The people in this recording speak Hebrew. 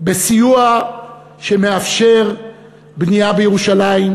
בסיוע שמאפשר בנייה בירושלים,